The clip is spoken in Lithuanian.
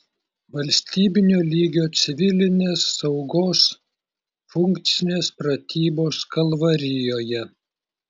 valstybinio lygio civilinės saugos funkcinės pratybos kalvarijoje